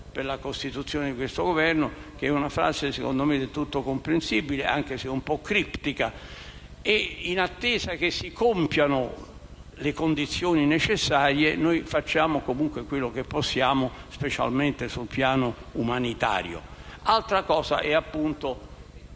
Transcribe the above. per la costituzione di questo Governo, usando una frase secondo me del tutto comprensibile, anche se un po' criptica. In attesa che si compiano le condizioni necessarie noi facciamo comunque quello che possiamo, già ora in Libia, specialmente sul piano umanitario. Altra cosa è, appunto,